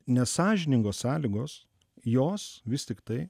nesąžiningos sąlygos jos vis tiktai